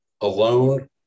alone